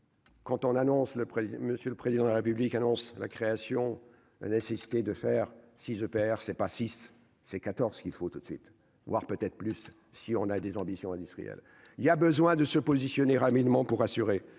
président, monsieur le président de la République, annonce la création, la nécessité de faire six EPR, c'est pas six c'est 14 qu'il faut tout de suite voir peut-être plus si on a des ambitions industrielles, il y a besoin de se positionner rapidement pour assurer